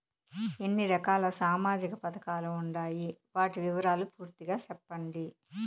ఎన్ని రకాల సామాజిక పథకాలు ఉండాయి? వాటి వివరాలు పూర్తిగా సెప్పండి?